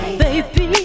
baby